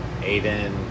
Aiden